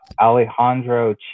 Alejandro